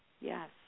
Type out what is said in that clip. yes